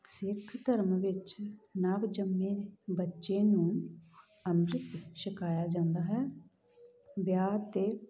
ਸਿੱਖ ਧਰਮ ਵਿੱਚ ਨਵ ਜੰਮੇ ਬੱਚੇ ਨੂੰ ਅੰਮ੍ਰਿਤ ਛਕਾਇਆ ਜਾਂਦਾ ਹੈ ਵਿਆਹ ਤੋਂ